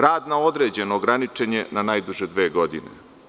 Rad na određeno ograničen je na najduže dve godine.